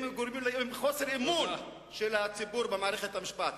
הם גורמים לחוסר אמון של הציבור במערכת המשפט.